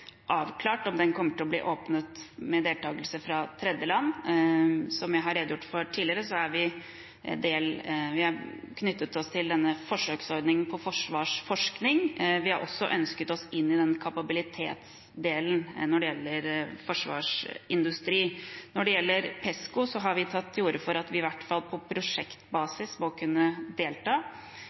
avklart om det kommer til å bli åpnet for deltakelse fra tredjeland. Som jeg har redegjort for tidligere, har vi knyttet oss til forsøksordningen for forsvarsforskning. Vi har også ønsket oss inn i kapabilitetsdelen når det gjelder forsvarsindustri. Når det gjelder Pesco, har vi tatt til orde for at vi i hvert fall på prosjektbasis må kunne delta.